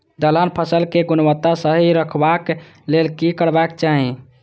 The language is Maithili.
दलहन फसल केय गुणवत्ता सही रखवाक लेल की करबाक चाहि?